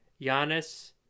Giannis